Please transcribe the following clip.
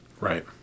Right